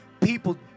People